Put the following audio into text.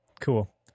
Cool